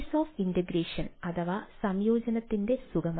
is of integration അഥവാ സംയോജനത്തിന്റെ സുഗമ